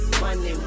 money